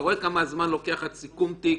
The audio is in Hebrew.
אתה רואה כמה זמן לוקח עד סיכום תיק.